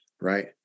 right